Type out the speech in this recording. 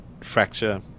fracture